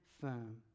firm